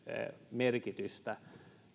merkitystä